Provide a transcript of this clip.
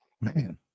man